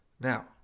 Now